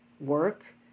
work